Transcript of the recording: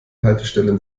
haltestellen